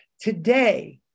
today